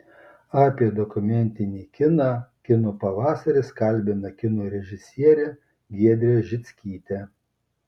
apie dokumentinį kiną kino pavasaris kalbina kino režisierę giedrę žickytę